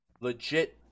legit